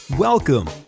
Welcome